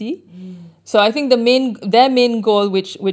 mmhmm